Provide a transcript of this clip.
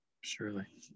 Surely